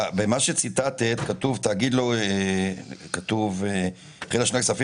במה שציטטת כתוב: "החלה שנת הכספים